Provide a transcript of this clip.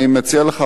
אני מציע לך,